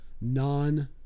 non